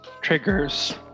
triggers